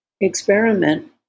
experiment